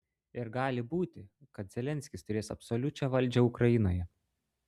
ir gali būti kad zelenskis turės absoliučią valdžią ukrainoje